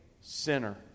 sinner